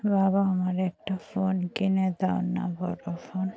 বাবা আমার একটা ফোন কিনে দাও না বড়ো ফোন